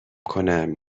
کنم